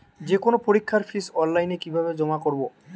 যে কোনো পরীক্ষার ফিস অনলাইনে কিভাবে জমা করব?